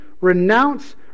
renounce